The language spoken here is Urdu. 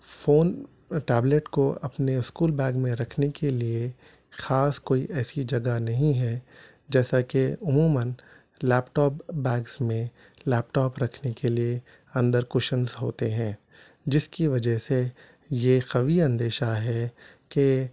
فون ٹیبلیٹ کو اپنے اسکول بیگ میں رکھنے کے لیے خاص کوئی ایسی جگہ نہيں ہے جيسا كہ عموماً ليپ ٹاپ بيگس ميں ليپ ٹاپ رکھنے کے لیے اندر کشنس ہوتے ہیں جس کی وجہ سے یہ قوی اندیشہ ہے کہ